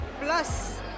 Plus